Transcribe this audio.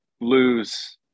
lose